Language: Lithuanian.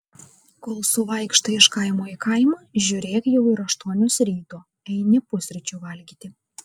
kol suvaikštai iš kaimo į kaimą žiūrėk jau ir aštuonios ryto eini pusryčių valgyti